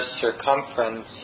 circumference